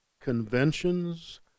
conventions